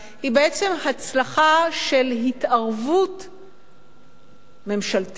היא בעצם הצלחה של התערבות ממשלתית,